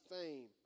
fame